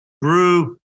brew